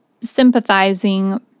sympathizing